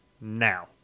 now